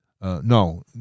no